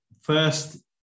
First